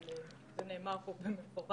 אבל פה זה נאמר במפורש.